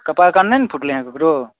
कपार कान नहि ने फूटलै हँ ककरो